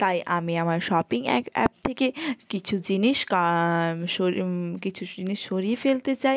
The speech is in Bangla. তাই আমি আমার শপিং অ্যাপ থেকে কিছু জিনিস সরি কিছু জিনিস সরিয়ে ফেলতে চাই